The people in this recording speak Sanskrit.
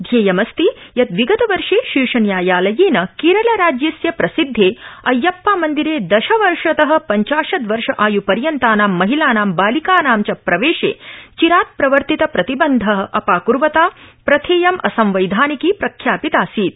ध्येयमस्ति यत् विगतवर्षे शीर्षन्यायालयेन केरलराज्यस्य प्रसिदधे अयप्पा मन्दिरे दशवर्षत पञ्चाशदवर्ष आय् पर्यन्तानां महिलानां बालिकानां च प्रवेशे चिरात् प्रवर्तित प्रतिबन्ध अपाक्र्वता प्रथेयं असंवैधानिकी प्रख्यापितासीत्